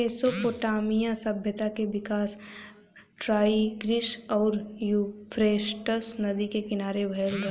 Mesopotamia सभ्यता के विकास टाईग्रीस आउर यूफ्रेटस नदी के किनारे भयल रहल